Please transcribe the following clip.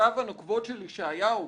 מילותיו הנוקבות של ישעיהו,